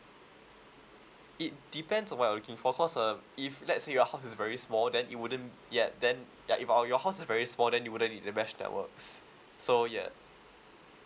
it depends on what you're looking for cause um if let's say your house is very small then it wouldn't ya then ya if um your house is very small then you wouldn't need the mesh networks so ya